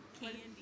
Candy